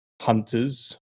hunters